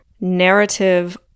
narrative